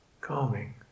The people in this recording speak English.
calming